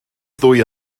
ddwy